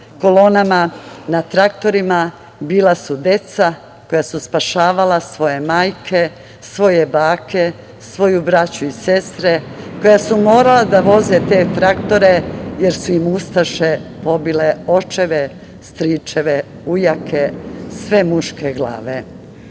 kolonama, na traktorima bila su deca koja su spašavala svoje majke, svoje bake, svoju braću i sestre, koja su morala da voze te traktore, jer su im ustaše pobile očeve, stričeve, ujake, sve muške glave. Svake